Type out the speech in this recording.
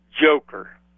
Joker